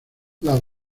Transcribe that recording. las